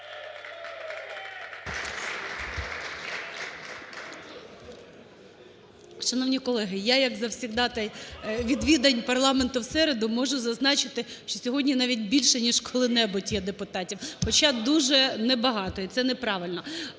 Шановні колеги, я як завсегдатай відвідань парламенту в середу, можу зазначити, що сьогодні навіть більше, ніж коли-небудь, є депутатів, хоча дуже небагато, і це неправильно.